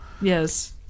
Yes